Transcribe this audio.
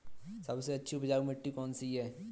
सबसे अच्छी उपजाऊ मिट्टी कौन सी है?